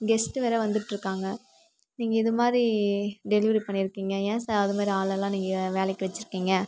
guest வேறே வந்துட்டு இருக்காங்க நீங்கள் இது மாதிரி டெலிவெரி பண்ணியிருக்கீங்க ஏன் சார் அது மாதிரி ஆளெல்லாம் நீங்கள் வேலைக்கு வச்சிருக்கிங்க